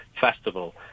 Festival